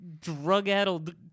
drug-addled